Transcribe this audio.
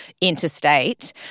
interstate